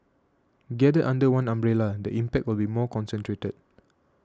gathered under one umbrella the impact will be more concentrated